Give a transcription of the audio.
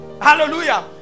Hallelujah